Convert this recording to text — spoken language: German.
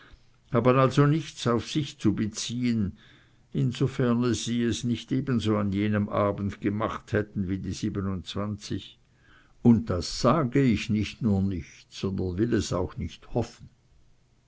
haben also nichts auf sich zu ziehen insoferne sie es nicht eben so an jenem abend gemacht hätten wie die siebenundzwanzig und das sage ich nicht nur nicht sondern will es auch nicht hoffen